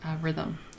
rhythm